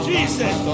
Jesus